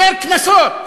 יותר קנסות.